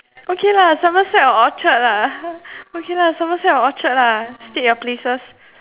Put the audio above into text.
okay lah Somerset or Orchard lah okay lah Somerset or Orchard lah state your places